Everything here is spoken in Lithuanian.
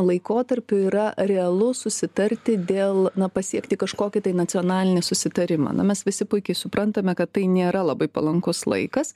laikotarpiu yra realu susitarti dėl na pasiekti kažkokį tai nacionalinį susitarimą na mes visi puikiai suprantame kad tai nėra labai palankus laikas